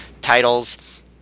titles